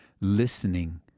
listening